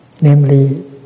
Namely